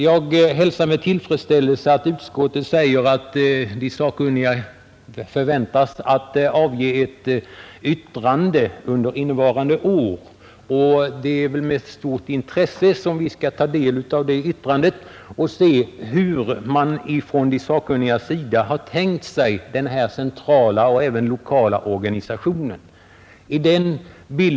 Jag hälsar emellertid med tillfredsställelse vad utskottet skriver om att 1965 års museioch utställningssakkunniga beräknas komma att under innevarande år lägga fram ett betänkande angående det svenska museiväsendet. Det betänkandet skall vi med stort intresse ta del av och se hur de sakkunniga har tänkt sig den centrala och även lokala organisationen.